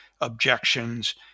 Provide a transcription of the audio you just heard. objections